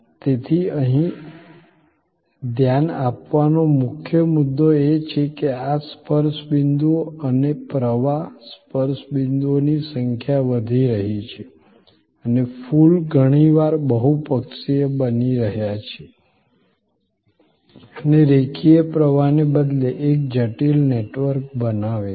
તેથી અહીં ધ્યાન આપવાનો મુખ્ય મુદ્દો એ છે કે આ સ્પર્શ બિંદુઓ અને પ્રવાહ સ્પર્શ બિંદુઓની સંખ્યા વધી રહી છે અને ફૂલ ઘણીવાર બહુપક્ષીય બની રહ્યા છે અને રેખીય પ્રવાહને બદલે એક જટિલ નેટવર્ક બનાવે છે